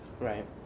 right